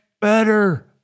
better